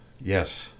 yes